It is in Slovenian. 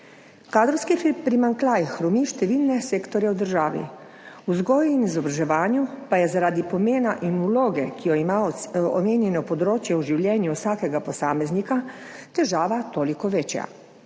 Kadrovski primanjkljaj hromi številne sektorje v državi. V vzgoji in izobraževanju pa je zaradi pomena in vloge, ki jo ima omenjeno področje v življenju vsakega posameznika, težava toliko večja.